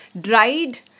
dried